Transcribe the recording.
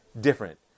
different